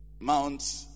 Mount